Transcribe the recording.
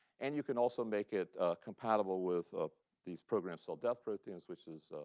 and you can also make it compatible with ah these programmed cell death proteins, which is